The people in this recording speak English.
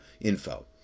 info